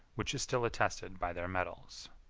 which is still attested by their medals.